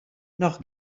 noch